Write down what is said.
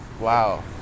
Wow